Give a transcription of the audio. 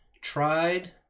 tried